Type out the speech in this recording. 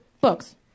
books